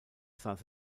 saß